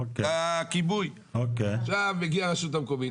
עכשיו מגיעה הרשות המקומית,